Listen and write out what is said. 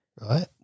right